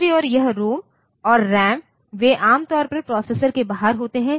दूसरी ओर यह रोम और रैम वे आमतौर पर प्रोसेसर के बाहर होते हैं